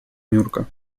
нюрка